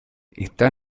está